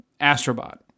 astrobot